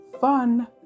fun